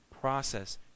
process